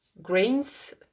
grains